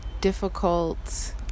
difficult